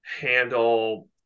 handle